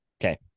Okay